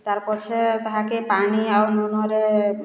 ତାର୍ ପଛେ ତାହାକେ ପାଣି ଆଉ ଲୁଣରେ